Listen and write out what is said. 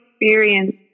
experience